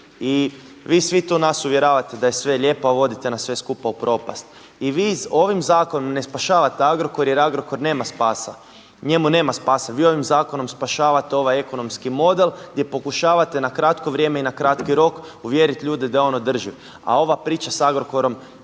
I vi svi nas tu uvjeravate da je sve lijepo, a vodite nas sve skupa u propast. I vi ovim zakonom ne spašavate Agrokor jer Agrokor nema spasa, njemu nema spasa. Vi ovim zakonom spašavate ovaj ekonomski model gdje pokušavate na kratko vrijeme i na kratki rok uvjeriti ljude da je on održiv. A ova priča s Agrokorom